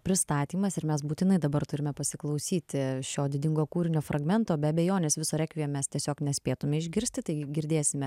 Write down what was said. pristatymas ir mes būtinai dabar turime pasiklausyti šio didingo kūrinio fragmento be abejonės viso requiem mes tiesiog nespėtume išgirsti tai girdėsime